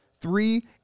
three